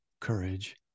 courage